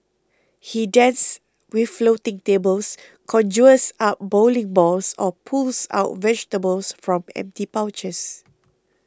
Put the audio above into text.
he dances with floating tables conjures up bowling balls or pulls out vegetables from empty pouches